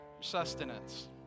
sustenance